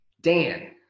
Dan